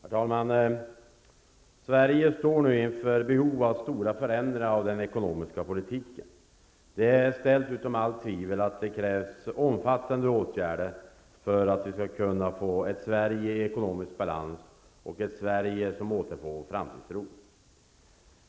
Herr talman! Sverige står nu i behov av stora förändringar av den ekonomiska politiken. Det är ställt utom allt tvivel att det krävs omfattande åtgärder för att vi skall kunna få ett Sverige i ekonomisk balans och ett Sverige som återfår framtidstron.